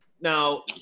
Now